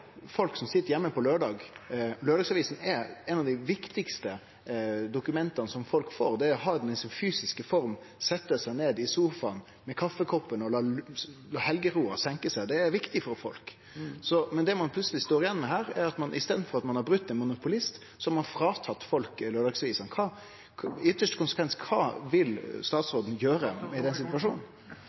er eit av dei viktigaste dokumenta som folk får, og det å ha ho i si fysiske form, setje seg ned i sofaen med kaffekoppen og la helgeroa senke seg er viktig for folk. Men det ein plutseleg står igjen med her, er at i staden for å ha brote ein monopolist, har ein tatt frå folk laurdagsavisa. I ytste konsekvens: Kva vil statsråden gjere i denne situasjonen?